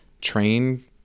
train